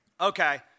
Okay